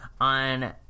on